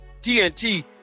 TNT